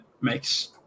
makes